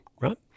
right